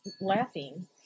laughing